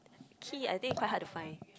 key I think quite hard to find